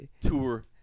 Tour